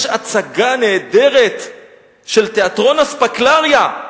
יש הצגה נהדרת של תיאטרון "אספקלריה",